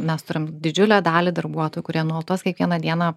mes turim didžiulę dalį darbuotojų kurie nuolatos kiekvieną dieną